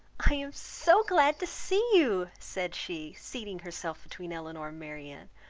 i am so glad to see you! said she, seating herself between elinor and marianne,